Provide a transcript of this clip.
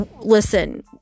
Listen